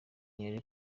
ntiyari